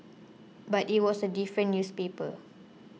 but it was a different newspaper